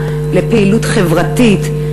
לפעילות חברתית,